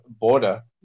border